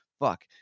Fuck